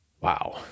Wow